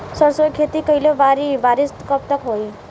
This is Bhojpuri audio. सरसों के खेती कईले बानी बारिश कब तक होई?